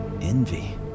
Envy